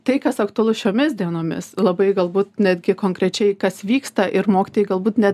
tai kas aktualu šiomis dienomis labai galbūt netgi konkrečiai kas vyksta ir mokytojai galbūt net